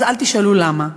אז אל תשאלו למה,